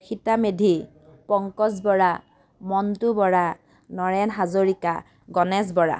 Sita Medhi Pankaj Bora Montu Bora Naren Hazarika Ganesh Bora